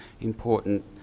important